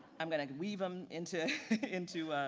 i'm gonna weave them into into